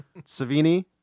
Savini